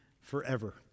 forever